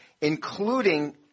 including